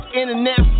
internet